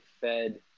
Fed